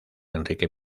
enrique